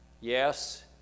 Yes